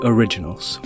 Originals।